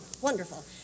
wonderful